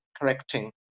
correcting